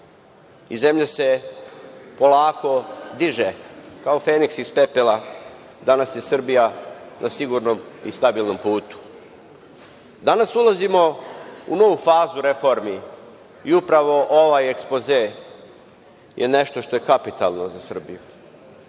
i zemlja se polako diže, kao Feniks iz pepela. Danas je Srbija na sigurnom i stabilnom putu. Danas ulazimo u novu fazu reformi i upravo ovaj ekspoze je nešto što je kapitalno za Srbiju.